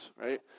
right